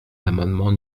l’amendement